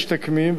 משתקמים,